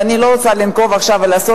ואני לא רוצה לנקוב עכשיו בשם ולעשות